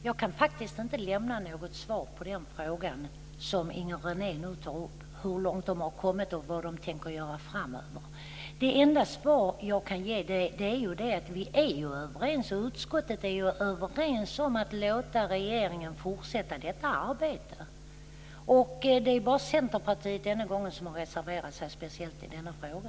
Fru talman! Jag kan faktiskt inte lämna något svar på den fråga som Inger René nu tar upp, hur långt man har kommit och vad man tänker göra framöver. Det enda svar som jag kan ge är att vi i utskottet är överens om att låta regeringen fortsätta detta arbete. Det är denna gång bara Centerpartiet som har reserverat sig just i denna fråga.